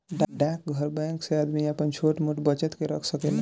डाकघर बैंक से आदमी आपन छोट मोट बचत के रख सकेला